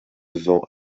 vent